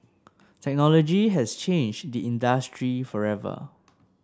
technology has changed the industry forever